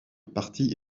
partie